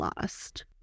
lost